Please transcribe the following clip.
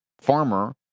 farmer